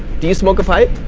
do you smoke a pipe?